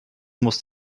muss